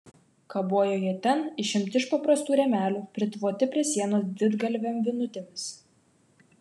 kabojo jie ten išimti iš paprastų rėmelių pritvoti prie sienos didgalvėm vinutėmis